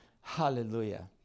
Hallelujah